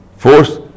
force